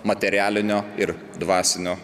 materialinio ir dvasinio